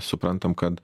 suprantam kad